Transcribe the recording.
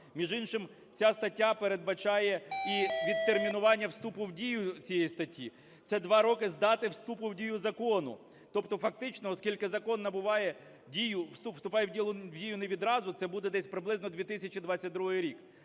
Між іншим, ця стаття передбачає і відтермінування вступу в дію цієї статті. Це 2 роки з дати вступу в дію закону. Тобто фактично, оскільки закон набуває дію... вступає в дію не відразу – це буде десь приблизно 2022 рік.